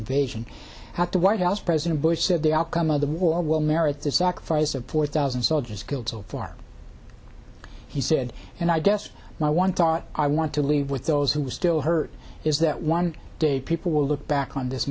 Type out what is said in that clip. invasion have to white house president bush said the outcome of the war will merit the sacrifice of four thousand soldiers killed so far he said and i guess my one thought i want to leave with those who are still hurt is that one day people will look back on this